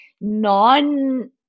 non